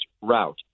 route